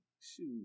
shoot